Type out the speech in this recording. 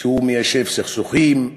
שהוא מיישב סכסוכים,